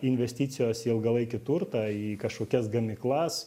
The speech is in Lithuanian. investicijos į ilgalaikį turtą į kažkokias gamyklas